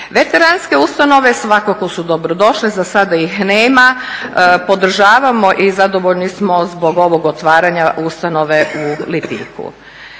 Veteranske ustanove svakako su dobrodošle, za sada ih nema, podržavamo i zadovoljni smo zbog ovog otvaranja ustanove u Lipiku.